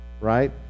right